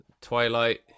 Twilight